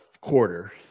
quarter